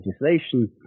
legislation